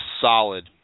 solid